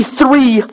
three